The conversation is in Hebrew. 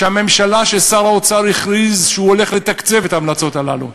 ששר האוצר הכריז שהוא הולך לתקצב את ההמלצות הללו,